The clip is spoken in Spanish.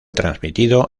transmitido